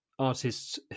artists